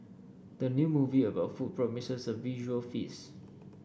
the new movie about food promises a visual feast